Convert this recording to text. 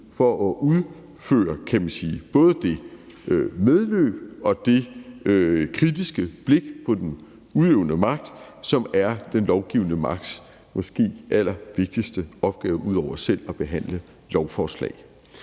kan man sige, både det medløb og det kritiske blik på den udøvende magt, som er den lovgivende magts måske allervigtigste opgave ud over selv at behandle lovforslag.